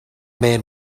man